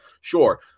sure